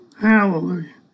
Hallelujah